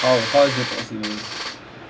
oh how is that possible